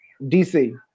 DC